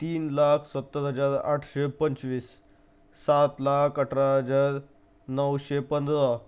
तीन लाख सत्तर हजार आठशे पंचवीस सात लाख अठरा हजार नऊशे पंधरा